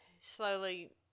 slowly